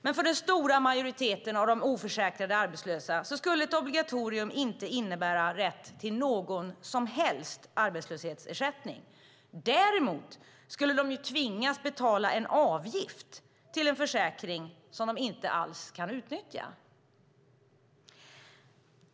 Men för den stora majoriteten av de oförsäkrade arbetslösa skulle ett obligatorium inte innebära rätt till någon som helst arbetslöshetsersättning. Däremot skulle de tvingas betala en avgift till en försäkring som de inte alls kan utnyttja.